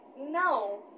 no